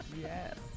Yes